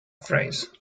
phrase